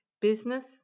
business